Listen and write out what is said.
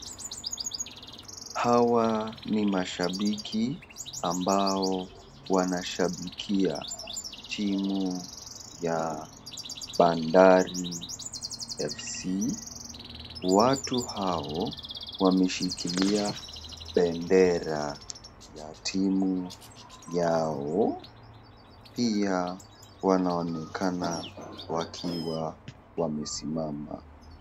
Hawa ni mashabiki ambao wanashabikia timu ya bandari FC. Watu hao wameshikilia bendera ya timu yao. Pia wanaonekana wakiwa wamesimama.